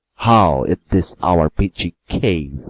how, in this our pinching cave,